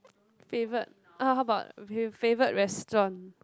favourite uh how about favourite restaurant